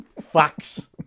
facts